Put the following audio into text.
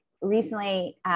recently –